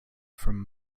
from